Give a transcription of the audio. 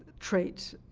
trait,